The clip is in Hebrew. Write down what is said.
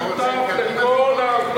אתה רוצה את קדימה?